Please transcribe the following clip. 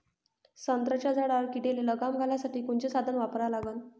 संत्र्याच्या झाडावर किडीले लगाम घालासाठी कोनचे साधनं वापरा लागन?